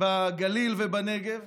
בגליל ובנגב,